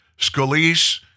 Scalise